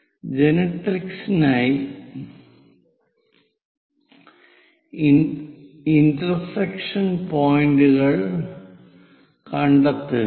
ഈ ജനറട്രിക്സിനായി ഇന്റർസെക്ഷൻ പോയിന്റുകൾ കണ്ടെത്തുക